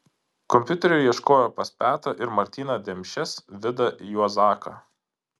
kompiuterių ieškojo pas petrą ir martyną demšes vidą juozaką